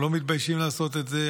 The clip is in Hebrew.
אנחנו לא מתביישים לעשות את זה,